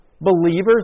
Believers